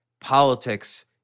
politics